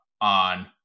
on